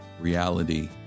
reality